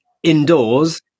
indoors